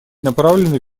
направлены